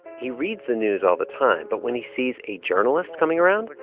he reads the news all the time. but when he sees a journalist coming around,